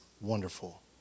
wonderful